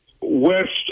west